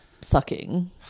sucking